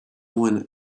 one